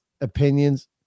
opinions